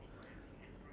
listen to